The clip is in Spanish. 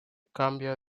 cambia